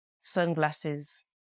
sunglasses